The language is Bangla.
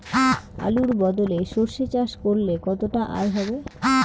আলুর বদলে সরষে চাষ করলে কতটা আয় হবে?